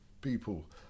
people